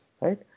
right